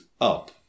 up